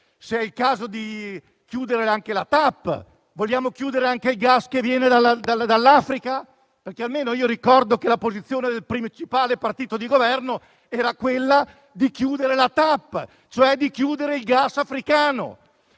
se è il caso di chiudere anche il gasdotto TAP. Vogliamo bloccare anche il gas che viene dall'Africa? Almeno io ricordo che la posizione del principale partito di Governo era quella di chiudere la TAP per il passaggio del gas africano.